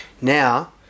Now